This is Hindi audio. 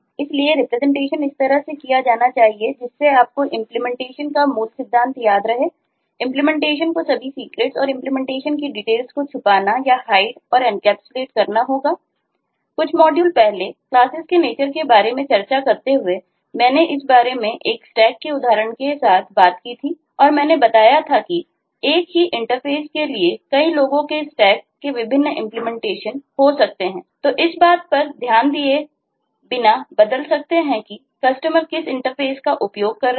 इसलिए प्रतिनिधित्वरिप्रजेंटेशन के बिना हो सकता है